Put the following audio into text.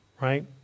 right